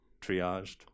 triaged